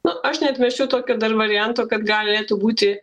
na aš neatmesčiau tokio varianto kad galėtų būti